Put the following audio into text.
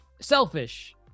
selfish